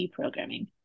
deprogramming